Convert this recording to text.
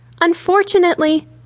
Unfortunately